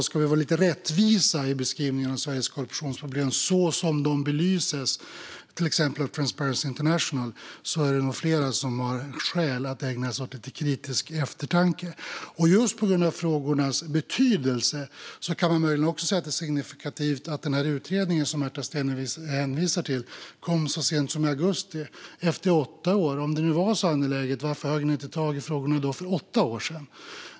Ska vi vara lite rättvisa i beskrivningen av Sveriges korruptionsproblem, så som de belyses av till exempel Transparency International, är det nog flera som har skäl att ägna sig åt lite kritisk eftertanke. Just på grund av frågornas betydelse kan vi möjligen säga att det är signifikativt att den utredning som Märta Stenevi hänvisar till kom till så sent som i augusti efter åtta år. Om det var så angeläget, varför hade ni inte tagit i frågorna för åtta år sedan?